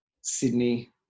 Sydney